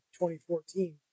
2014